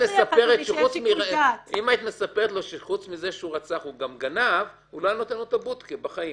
רציתי להגיד שמי שנתן את הבודקה בבית